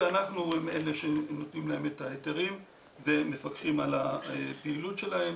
ואנחנו הם אלה שנותנים להם את ההיתרים ומפקחים על הפעילות שלהם.